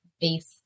base